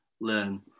learn